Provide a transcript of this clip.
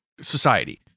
society